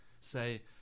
say